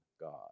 God